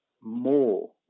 more